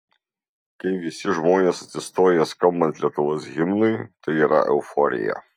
kai visi žmonės atsistoja skambant lietuvos himnui tai yra euforija